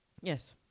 Yes